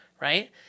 right